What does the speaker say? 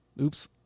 oops